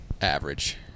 average